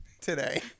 today